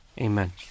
amen